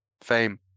Fame